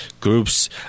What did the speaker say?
groups